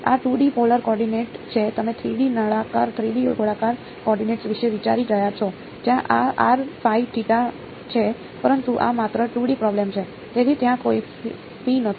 આ 2D polar coordinates છે તમે 3D નળાકાર 3D ગોળાકાર કોઓર્ડિનેટ્સ વિશે વિચારી રહ્યા છો જ્યાં a છે પરંતુ આ માત્ર 2 D પ્રોબ્લેમ છે તેથી ત્યાં કોઈ ફી નથી